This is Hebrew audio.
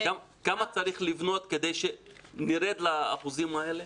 כמה צריך לבנות כדי שנרד לאחוזים האלה?